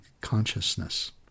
consciousness